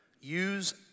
use